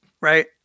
right